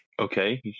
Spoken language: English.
Okay